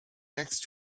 next